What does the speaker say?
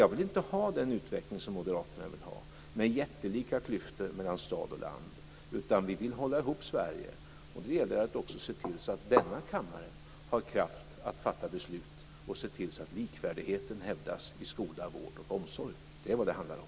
Jag vill inte ha den utveckling som moderaterna vill ha, med jättelika klyftor mellan stad och land. Vi vill hålla ihop Sverige. Då gäller det att också se till att denna kammare har kraft att fatta beslut och se till att likvärdigheten hävdas i skola, vård och omsorg. Det är vad det handlar om.